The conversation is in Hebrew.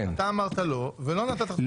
אתה אמרת לא, ולא נתת תחושה של כן.